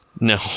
No